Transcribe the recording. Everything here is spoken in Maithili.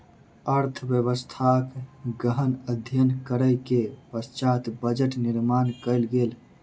अर्थव्यवस्थाक गहन अध्ययन करै के पश्चात बजट निर्माण कयल गेल